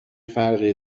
فرقی